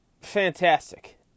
fantastic